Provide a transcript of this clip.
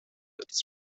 its